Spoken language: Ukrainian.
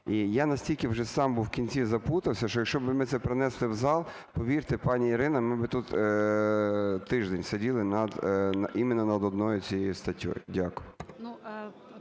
І я настільки вже сам був вкінці заплутався, що якщо б ми це принесли в зал, повірте, пані Ірина, ми би тут тиждень сиділи над, именно над однією цією статтею. Дякую.